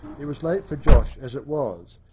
it was late for josh as it was,